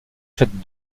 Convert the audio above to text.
fêtes